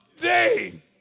day